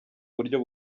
buryo